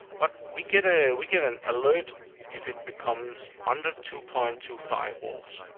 but we get ah we get an alert if it becomes under two point two five volts,